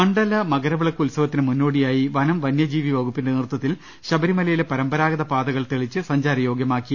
മണ്ഡല മകരവിളക്ക് ഉത്സവത്തിന് മുന്നോടിയായി വനം വന്യജീവി വകുപ്പിന്റെ നേതൃത്വത്തിൽ ശബരിമലയിലെ പരമ്പരാഗത പാതകൾ തെളിച്ച് സഞ്ചാര യോഗൃമാക്കി